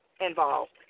involved